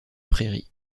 prairie